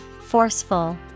Forceful